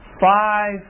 five